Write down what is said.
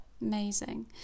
amazing